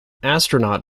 astronaut